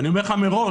ואני אומר לך מראש